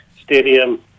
Stadium